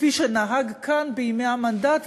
כפי שנהגו כאן בימי המנדט,